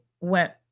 went